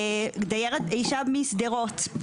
דיירת משדרות,